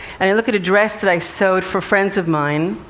and i look at a dress that i sewed for friends of mine.